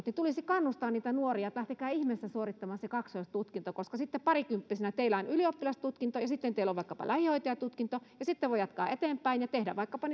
niin tulisi kannustaa niitä nuoria että lähtekää ihmeessä suorittamaan se kaksoistutkinto koska sitten parikymppisenä teillä on ylioppilastutkinto ja ja sitten teillä on vaikkapa lähihoitajatutkinto ja sitten voi jatkaa eteenpäin ja tehdä vaikkapa